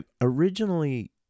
originally